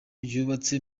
ryubatse